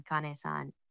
Kane-san